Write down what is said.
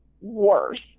worse